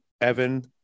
Evan